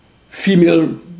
female